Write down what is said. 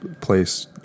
place